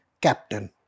captain